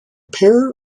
pair